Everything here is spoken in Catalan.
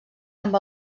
amb